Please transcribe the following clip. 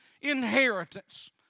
inheritance